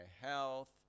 health